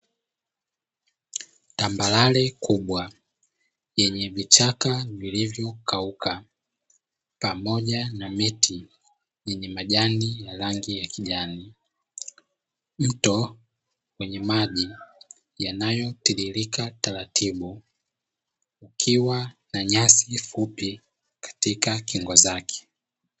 Tambarare kubwa yenye vichaka vilivyokauka pamoja na miti yenye majani ya rangi ya kijani. Mto wenye maji yanayotoririka taratibu ukiwa na nyasi fupi katika kingo zake.